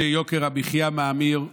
כשיוקר המחיה מאמיר,